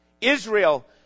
Israel